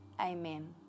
Amen